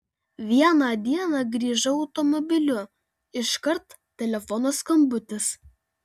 vieną dieną grįžau automobiliu iškart telefono skambutis